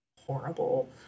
horrible